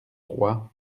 trois